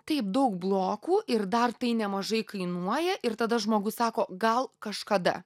taip daug blokų ir dar tai nemažai kainuoja ir tada žmogus sako gal kažkada